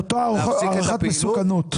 אותה הערכת מסוכנות.